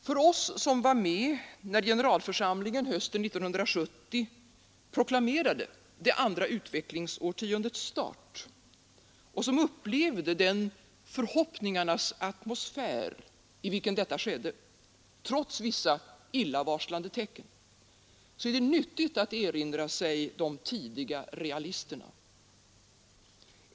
För oss som var med när generalförsamlingen hösten 1970 proklamerade det andra utvecklingsårtiondets start och som upplevde den förhoppningarnas atmosfär i vilken detta skedde, trots vissa illavarslande tecken, är det nyttigt att erinra sig de tidiga realisterna.